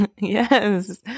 yes